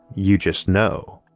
you just know.